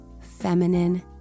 feminine